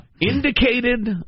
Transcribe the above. indicated